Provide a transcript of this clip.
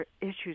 issues